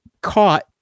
caught